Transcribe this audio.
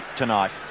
tonight